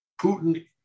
Putin